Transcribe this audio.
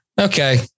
Okay